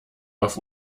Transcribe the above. auf